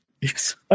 Yes